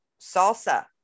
salsa